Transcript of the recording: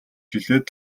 хэлээд